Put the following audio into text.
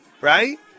right